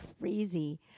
crazy